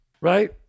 Right